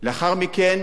לאחר מכן